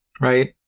right